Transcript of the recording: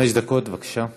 חמש דקות, בבקשה.